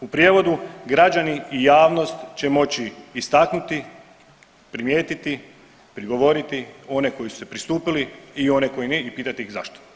U prijevodu, građani i javnost će moći istaknuti, primijetiti, prigovoriti one koji su se pristupili i one koji ne i pitati ih zašto.